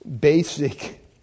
basic